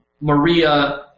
Maria